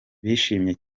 bishimiye